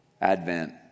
Advent